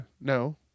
No